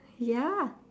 ya